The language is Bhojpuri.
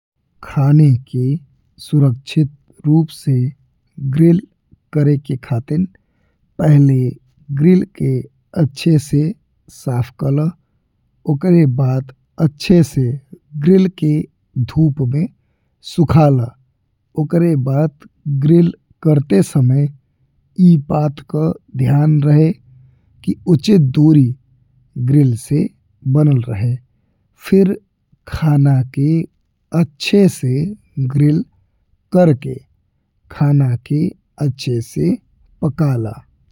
खाने के सुरक्षित रूप से ग्रिल करे के खातिर पहिले ग्रिल के अच्छे से साफ कइला, ओकरा बाद अच्छे से ग्रिल के धूप में सुखाला। ओकरा बाद ग्रिल करते समय ई बात का ध्यान रहे कि उचित दूरी ग्रिल से बनल रहे, फिर खाना के अच्छे से ग्रिल करके खाना के अच्छे से पका ला।